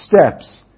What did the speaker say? steps